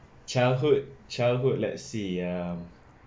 childhood childhood let's see um